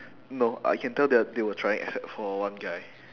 no I can tell that they were trying except for one guy